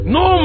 no